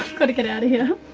gotta get out of here.